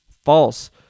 False